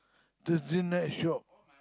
just tonight shop